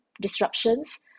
disruptions